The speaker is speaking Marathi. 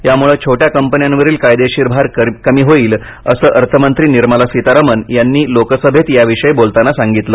यामुळे छोट्या कंपन्यांवरील कायदेशीर भार कमी होईल असं अर्थमंत्री निर्मला सीतारामन यांनी लोकसभेत याविषयी बोलताना सांगितलं